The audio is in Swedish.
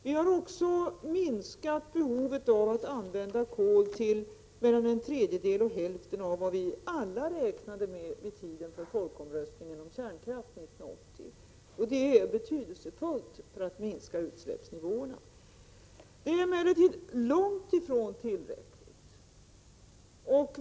Vi har också minskat behovet av att använda kol till mellan en tredjedel och hälften av vad vi alla räknade med vid tiden för folkomröstningen om kärnkraft 1980 — och det är betydelsefullt för att minska utsläppsnivåerna. Det är emellertid långt ifrån tillräckligt.